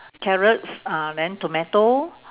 carrots uh then tomato